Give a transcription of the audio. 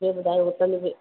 जी ॿुधायो होटल जी